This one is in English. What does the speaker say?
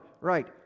Right